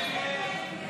הסתייגות 8